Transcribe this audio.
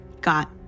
got